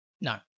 No